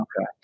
Okay